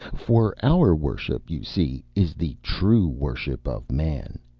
for our worship, you see, is the true worship of man.